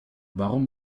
warum